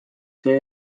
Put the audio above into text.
see